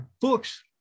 books